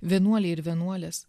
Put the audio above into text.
vienuoliai ir vienuolės